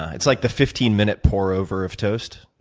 it's like the fifteen minute pour over of toast?